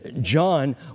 John